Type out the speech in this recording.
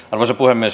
arvoisa puhemies